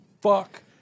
Fuck